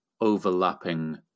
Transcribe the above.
overlapping